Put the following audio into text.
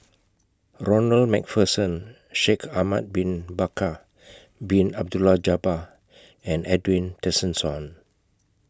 Ronald MacPherson Shaikh Ahmad Bin Bakar Bin Abdullah Jabbar and Edwin Tessensohn